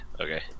okay